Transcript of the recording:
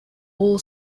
all